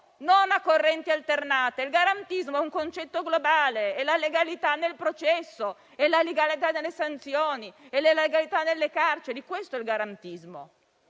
non a correnti alternate. Il garantismo è un concetto globale, è la legalità nel processo, è la legalità nelle sanzioni, è la legalità nelle carceri. Ridiscutiamo